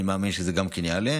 אני מאמין שזה גם יעלה.